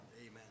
Amen